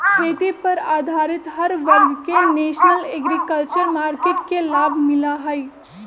खेती पर आधारित हर वर्ग के नेशनल एग्रीकल्चर मार्किट के लाभ मिला हई